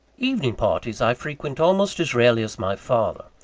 evening parties i frequent almost as rarely as my father.